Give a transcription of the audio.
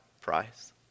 price